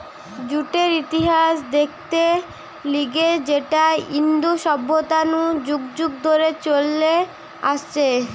জুটের ইতিহাস দেখতে গিলে সেটা ইন্দু সভ্যতা নু যুগ যুগ ধরে চলে আসছে